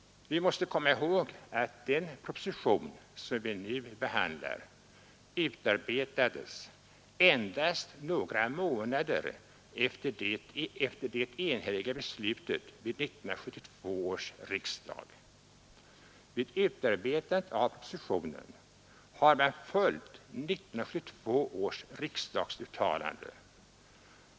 Vi måste komma ihåg att den proposition som vi nu behandlar utarbetades endast några månader efter det enhälliga beslutet av 1972 års riksdag. Vid utarbetandet av propositionen har man följt 1972 års riksdagsuttalande.